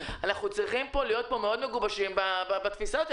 אנחנו צריכים להיות מגובשים מאוד בתפיסות האלה.